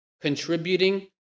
contributing